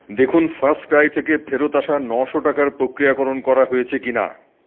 দেখুন FirstCry থেকে ফেরত আসা নশো টাকার প্রক্রিয়াকরণ করা হয়েছে কি না